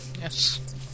yes